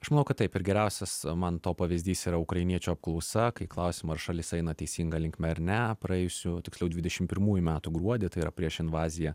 aš manau kad taip ir geriausias man to pavyzdys yra ukrainiečių apklausa kai klausiama ar šalis eina teisinga linkme ar ne praėjusių tiksliau dvidešim pirmųjų metų gruodį tai yra prieš invaziją